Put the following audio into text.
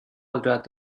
قدرت